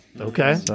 okay